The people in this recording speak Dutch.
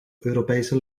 europese